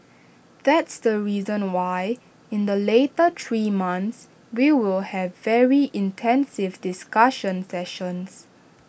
that's the reason why in the later three months we will have very intensive discussion sessions